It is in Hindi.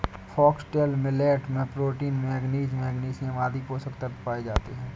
फॉक्सटेल मिलेट में प्रोटीन, मैगनीज, मैग्नीशियम आदि पोषक तत्व पाए जाते है